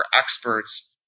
experts